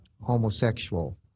homosexual